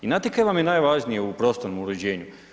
I znate kaj vam najvažnije u prostornom uređenju?